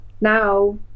now